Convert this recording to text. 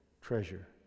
treasure